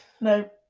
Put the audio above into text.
No